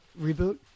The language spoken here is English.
reboot